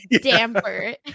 damper